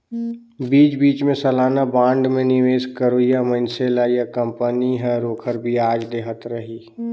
बीच बीच मे सलाना बांड मे निवेस करोइया मइनसे ल या कंपनी हर ओखर बियाज देहत रही